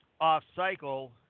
off-cycle